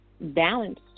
balance